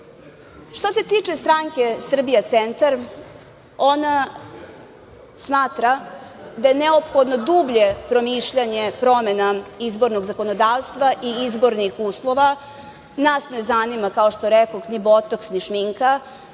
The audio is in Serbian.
se tiče stranke Srbija centar, ona smatra da je neophodno dublje promišljanje promena izbornog zakonodavstva i izbornih uslova. Nas ne zanima, kao što rekoh, ni botoks, ni šminka,